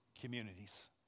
communities